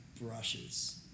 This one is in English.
brushes